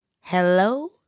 Hello